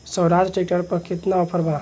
Swaraj tractor पर केतना offer बा?